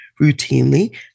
routinely